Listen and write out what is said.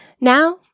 Now